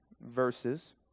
verses